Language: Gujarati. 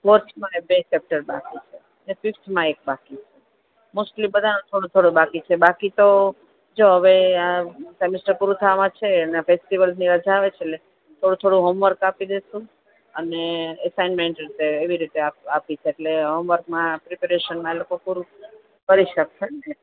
ફોર્થ મા બે ચેપટર બાકી છે અને ફિફથમાં એક બાકી છે મોસ્ટલી બધામાં થોડું થોડું બાકી છે બાકી તો જો હવે સેમેસ્ટર પુરું થવામાં છે અને ફેસ્ટિવલ ને બધું આવે છે એટલે થોડું થોડું હોમવર્ક દઈશું અને સેનમેન્ટ રીતે એટલે એવી રીતે આપીશ આપીશ એટલે હોમવર્કમાં પ્રીપેરેશનમાં એ પૂરું કરી શકશે